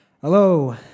Hello